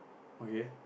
okay